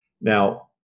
Now